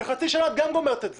בחצי שנה את מסיימת את זה.